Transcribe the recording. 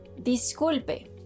Disculpe